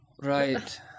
right